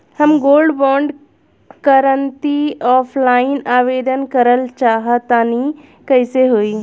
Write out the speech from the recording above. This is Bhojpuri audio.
हम गोल्ड बोंड करंति ऑफलाइन आवेदन करल चाह तनि कइसे होई?